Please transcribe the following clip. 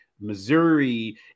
Missouri